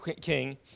king